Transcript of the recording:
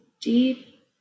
deep